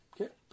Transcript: Okay